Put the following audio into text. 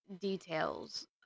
details